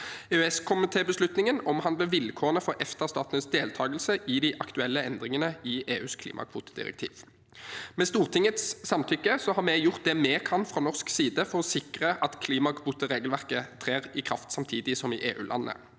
EØSkomitébeslutningen omhandler vilkårene for EFTA-statenes deltakelse i de aktuelle endringene i EUs klimakvotedirektiv. Med Stortingets samtykke har vi gjort det vi kan fra norsk side for å sikre at klimakvoteregelverket trer i kraft samtidig som i EU-landene.